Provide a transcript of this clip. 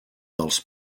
dels